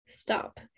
stop